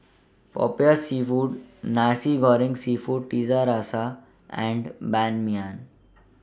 Popiah Seafood Nasi Goreng Seafood Tiga Rasa and Ban Mian